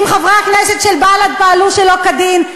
אם חברי הכנסת של בל"ד פעלו שלא כדין,